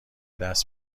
دست